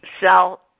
sell